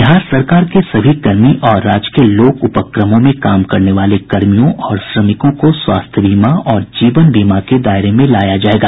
बिहार सरकार के सभी कर्मी और राजकीय लोक उपक्रमों में काम करने वाले कर्मियों और श्रमिकों को स्वास्थ्य बीमा और जीवन बीमा के दायरे में लाया जायेगा